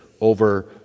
over